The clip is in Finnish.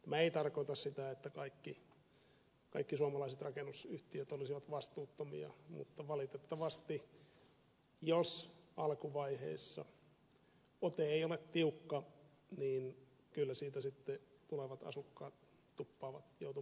tämä ei tarkoita sitä että kaikki suomalaiset rakennusyhtiöt olisivat vastuuttomia mutta valitettavasti jos alkuvaiheessa ote ei ole tiukka niin kyllä siitä sitten tulevat asukkaat tuppaavat joutumaan maksamaan